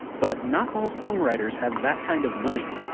but not all songwriters have that kind of money.